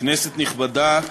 כנסת נכבדה,